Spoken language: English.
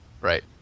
right